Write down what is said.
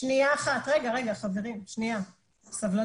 שנייה אחת, רגע, חברים, סבלנות.